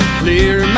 clear